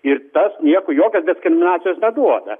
ir tas nieko jokios diskriminacijos neduoda